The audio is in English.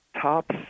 Top